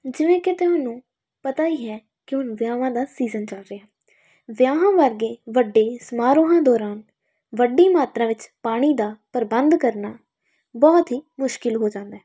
ਜਿਵੇਂ ਕਿ ਤੁਹਾਨੂੰ ਪਤਾ ਹੀ ਹੈ ਕਿ ਹੁਣ ਵਿਆਹਵਾਂ ਦਾ ਸੀਜਨ ਚੱਲ ਰਿਹਾ ਵਿਆਹਾਂ ਵਰਗੇ ਵੱਡੇ ਸਮਾਰੋਹਾਂ ਦੌਰਾਨ ਵੱਡੀ ਮਾਤਰਾ ਵਿੱਚ ਪਾਣੀ ਦਾ ਪ੍ਰਬੰਧ ਕਰਨਾ ਬਹੁਤ ਹੀ ਮੁਸ਼ਕਿਲ ਹੋ ਜਾਂਦਾ ਹੈ